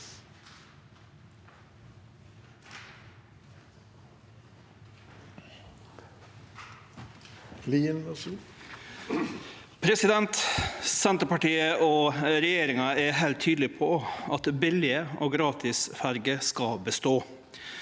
Senterpartiet og re- gjeringa er heilt tydelege på at billige og gratis ferjer skal bestå.